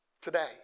today